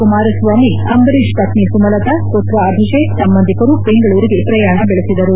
ಕುಮಾರಸ್ವಾಮಿ ಅಂಬರೀಶ್ ಪತ್ನಿ ಸುಮಲತಾ ಪುತ್ರ ಅಭಿಷೇಕ್ ಸಂಬಂಧಿಕರು ಬೆಂಗಳೂರಿಗೆ ಶ್ರಯಾಣ ಬೆಳೆಸಿದರು